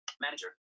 manager